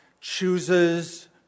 chooses